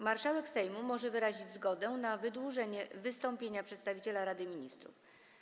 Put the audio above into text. Marszałek Sejmu może wyrazić zgodę na wydłużenie wystąpienia przedstawiciela Rady Ministrów.